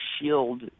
shield